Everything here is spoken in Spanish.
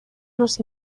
los